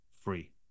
free